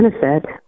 benefit